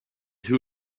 who